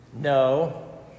No